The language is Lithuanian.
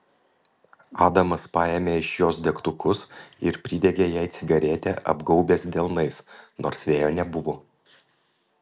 adamas paėmė iš jos degtukus ir pridegė jai cigaretę apgaubęs delnais nors vėjo nebuvo